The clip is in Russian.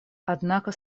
однако